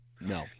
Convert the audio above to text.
no